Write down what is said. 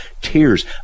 tears